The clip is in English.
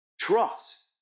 Trust